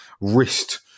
wrist